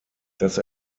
das